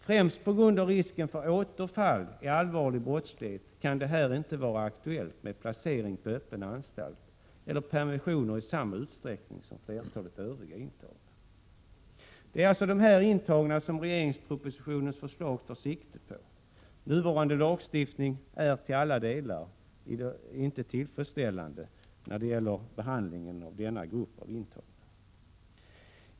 Främst på grund av risken för återfall i allvarlig brottslighet kan det här inte vara aktuellt med placering på öppen anstalt eller permissioner i samma utsträckning som för flertalet övriga intagna. Det är alltså dessa intagna som regeringspropositionens förslag tar sikte på. Nuvarande lagstiftning är inte till alla delar tillfredsställande när det gäller behandlingen av denna grupp intagna.